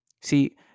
See